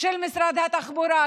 של משרד התחבורה.